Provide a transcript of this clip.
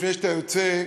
לפני שאתה יוצא,